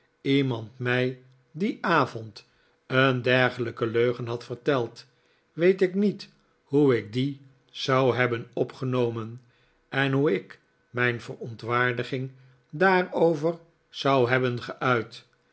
iemand mij dien avond een dergelijke leugen had verteld weet ik niet hoe ik die zou hebben opgenomen en hoe ik mijn verontwaardiging daarover zou hebben geuit